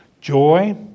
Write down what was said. Joy